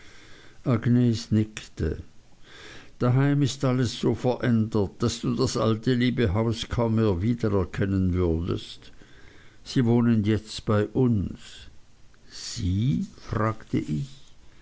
nickte daheim ist alles so verändert daß du das alte liebe haus kaum mehr wieder erkennen würdest sie wohnen jetzt bei uns sie fragte ich